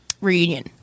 reunion